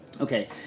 Okay